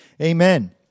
amen